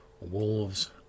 wolves